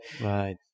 Right